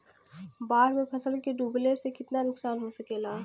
बाढ़ मे फसल के डुबले से कितना नुकसान हो सकेला?